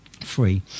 Free